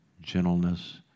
gentleness